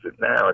now